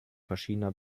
verschiedener